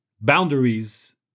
boundaries